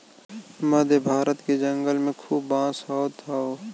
मध्य भारत के जंगल में खूब बांस होत हौ